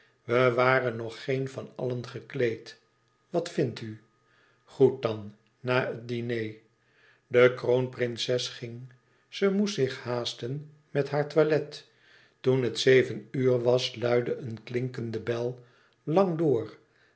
we waren nog geen van allen gekleed wat vindt u goed dan na het diner de kroonprinses ging ze moest zich haasten met haar toilet toen het zeven uur was luidde een klinkende bel lang door